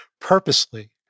purposely